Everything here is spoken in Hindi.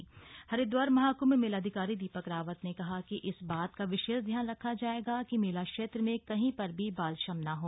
बालश्रम कार्यशाला हरिद्वार महाकृंभ मेलाधिकारी दीपक रावत ने कहा है कि इस बात का विशेष ध्यान रखा जाएगा कि मेला क्षेत्र में कहीं पर भी बालश्रम न हो